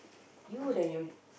you wouldn't you